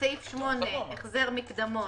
סעיף 8, החזר מקדמות,